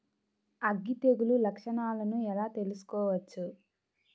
అగ్గి తెగులు లక్షణాలను ఎలా తెలుసుకోవచ్చు?